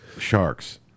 sharks